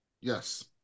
Yes